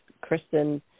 Kristen